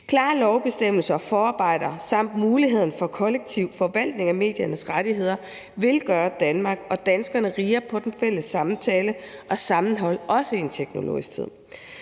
Klare lovbestemmelser, forarbejder samt muligheden for kollektiv forvaltning af mediernes rettigheder vil gøre Danmark og danskerne rigere på den fælles samtale og sammenholdet, også i en teknologisk tid.